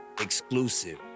exclusive